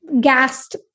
gassed